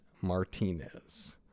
Martinez